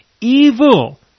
evil